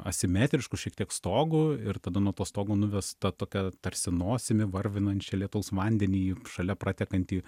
asimetrišku šiek tiek stogu ir tada nuo to stogo nuvesta tokia tarsi nosimi varvinančia lietaus vandenį į šalia pratekantį